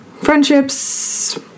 friendships